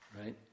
right